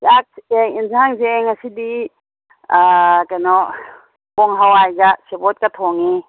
ꯆꯥꯛ ꯁꯦ ꯑꯦꯟꯓꯥꯡꯁꯦ ꯉꯁꯤꯗꯤ ꯀꯩꯅꯣ ꯄꯣꯡ ꯍꯋꯥꯏꯒ ꯁꯦꯕꯣꯠꯀ ꯊꯣꯡꯉꯦ